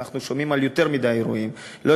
ואנחנו שומעים על יותר מדי אירועים כאלה.